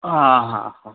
हाँ हाँ हाँ